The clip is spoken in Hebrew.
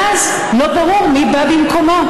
ואז לא ברור מי בא במקומו.